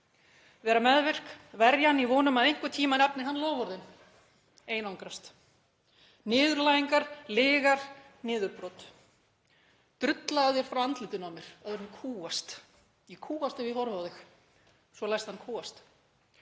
Vera meðvirk, verja hann í von um að einhvern tímann efni hann loforðin. Einangrast. Niðurlægingar, lygar, niðurbrot. Drullaðu þér frá andlitinu á mér áður en ég kúgast. Ég kúgast ef ég horfi á þig. Svo læst hann kúgast.